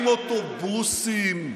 עם אוטובוסים,